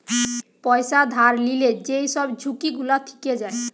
পয়সা ধার লিলে যেই সব ঝুঁকি গুলা থিকে যায়